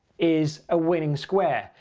is a winning square.